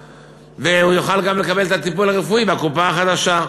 והוא יכול לקבל גם את הטיפול הרפואי מהקופה החדשה.